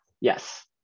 Yes